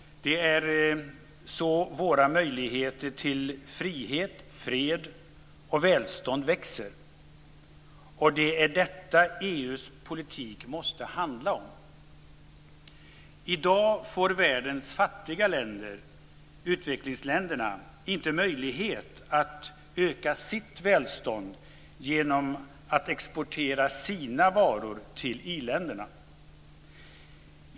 Det är så våra möjligheter till frihet, fred och välstånd växer. Det är detta EU:s politik måste handla om. I dag får världens fattiga länder, utvecklingsländerna, inte möjlighet att öka sitt välstånd genom att exportera sina varor till i-länderna.